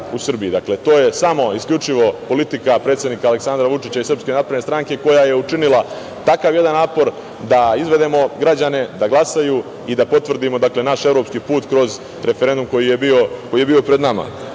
u Srbiji. To je samo isključivo politika predsednika Aleksandra Vučića i SNS koja je učinila takav jedan napor da izvedemo građane da glasaju i da potvrdimo naš evropski put kroz referendum koji je bio pred nama.